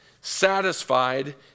satisfied